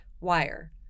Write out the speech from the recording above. wire